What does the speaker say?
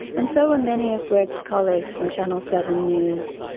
and so were many of greg's colleagues from channel seven news.